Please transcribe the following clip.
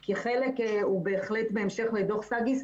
כי חלק הוא בהחלט בהמשך לדוח סגיס,